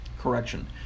correction